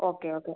okay okay